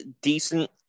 decent